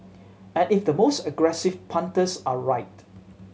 and if the most aggressive punters are right